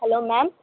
hello ma'am